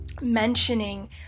mentioning